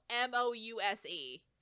M-O-U-S-E